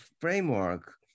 framework